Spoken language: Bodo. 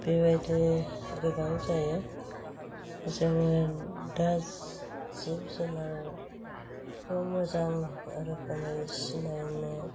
बेबायदि गोबां जायो जोङो दा जिब जुनारखौ मोजां रोखोमै सिनायनो